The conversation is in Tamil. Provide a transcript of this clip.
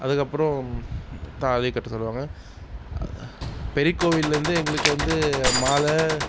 அதுக்கப்புறம் தாலி கட்ட சொல்வாங்க பெரிய கோவில்லிருந்து எங்களுக்கு வந்து மாலை